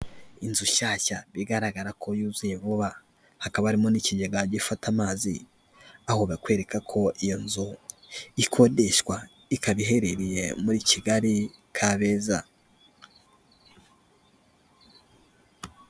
Inzu nshyashya bigaragara ko yuzuye vuba, hakaba arimo n'ikigega gifata amazi, aho bakwereka ko iyo nzu ikodeshwa, ikaba iherereye muri Kigali Kabeza.